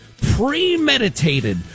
premeditated